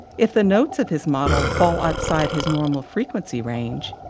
if the notes of his model fall outside his normal frequency range,